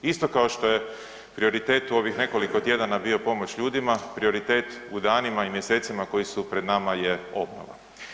Isto kao što je prioritet u ovih nekoliko tjedana bio pomoć ljudima, prioritet u danima i mjesecima koji su pred nama je obnova.